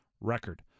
record